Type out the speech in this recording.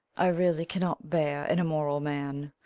i really cannot bear an immoral man.